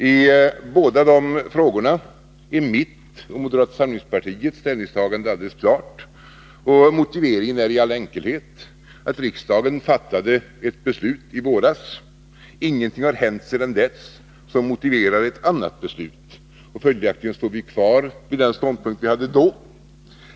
I båda de här frågorna är mitt och moderata samlingspartiets ställningstagande alldeles klart, och motiveringen är i all enkelhet att riksdagen fattade ett beslut i våras och att ingenting har hänt sedan dess som motiverar ett annat beslut. Följaktligen står vi kvar vid den ståndpunkt vi hade då.